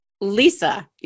Lisa